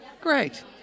Great